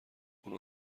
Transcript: اون